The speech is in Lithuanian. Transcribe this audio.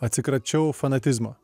atsikračiau fanatizmo